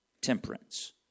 temperance